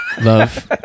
Love